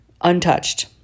Untouched